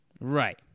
Right